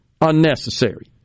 unnecessary